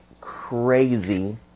crazy